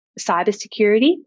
cybersecurity